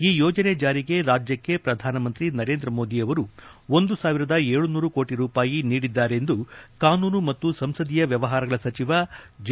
ಈ ಯೋಜನೆ ಜಾರಿಗೆ ರಾಜ್ಯಕ್ಷೆ ಪ್ರಧಾನಮಂತ್ರಿ ನರೇಂದ್ರಮೋದಿಯವರು ಒಂದು ಸಾವಿರದ ಏಳು ನೂರು ಕೋಟ ರೂಪಾಯಿ ನೀಡಿದ್ದಾರೆಂದು ಕಾನೂನು ಮತ್ತು ಸಂಸದೀಯ ವ್ಯವಹಾರಗಳ ಸಚಿವ ಜೆ